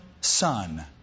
son